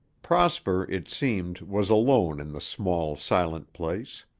prosper, it seemed, was alone in the small, silent place.